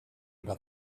about